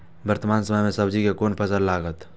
वर्तमान समय में सब्जी के कोन फसल लागत?